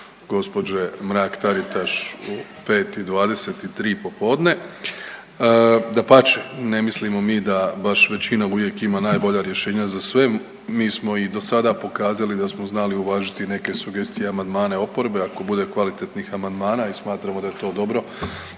gđe. Mrak-Taritaš u 5 i 23 popodne, dapače ne mislimo mi da baš većina uvijek ima najbolja rješenja za sve, mi smo i dosada pokazali da smo znali uvažiti neke sugestije i amandmane oporbe, ako bude kvalitetnih amandmana i smatramo da je to dobro